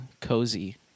cozy